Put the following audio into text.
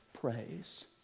praise